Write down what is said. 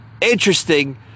interesting